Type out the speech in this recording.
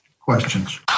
Questions